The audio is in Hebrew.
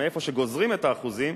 מאיפה שגוזרים את האחוזים,